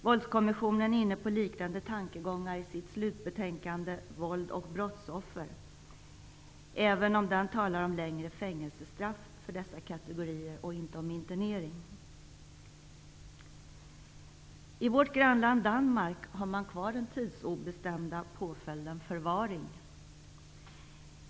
Våldskommissionen är inne på liknande tankegångar i sitt slutbetänkande Våld och brottsoffer, även om den talar om längre fängelsestraff för dessa kategorier och inte om internering. I vårt grannland Danmark har man kvar den tidsobestämda påföljden förvaring.